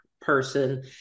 person